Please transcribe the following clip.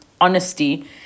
honesty